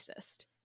racist